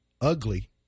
ugly